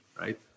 Right